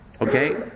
Okay